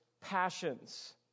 passions